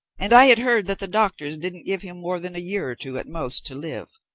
and i had heard that the doctors didn't give him more than a year or two, at most, to live.